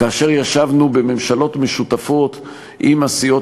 כאשר ישבנו בממשלות משותפות עם הסיעות